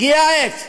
הגיעה העת,